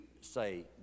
say